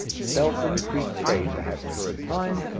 spelt increased trade perhaps for a time,